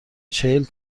چهل